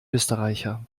österreicher